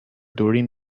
during